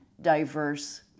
diverse